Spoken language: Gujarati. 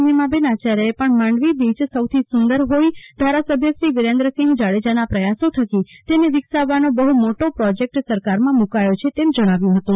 નીમાબેન આચાર્યે પણ માંડવી બીચ સૌથી સુંદર ફોઇ ધારાસભ્ય શ્રી વિરેન્દ્રસિંહ જાડેજાના પ્રયાસો થકી તેને વિકસાવવાનો બફુ મોટો પ્રોજેકટ સરકારમાં મૂકાયો છે તેમ જણાવ્યુ હતું